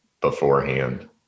beforehand